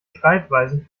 schreibweisen